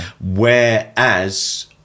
whereas